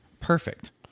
Perfect